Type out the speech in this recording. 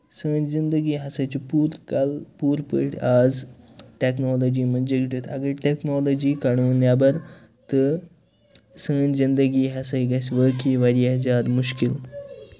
سٲنۍ زِنٛدگی ہسا چھِ پوٗرٕ کَل پوٗرٕ پٲٹھۍ اَز ٹیکناوجی منٛز جُڑِتھ اَگر ٹیکنالوجی کَڈہون نیٚبر تہٕ سٲنۍ زِنٛدگی ہسا گژھِ وٲٮعی واریاہ زیادٕ مُشکِل